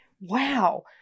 Wow